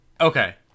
Okay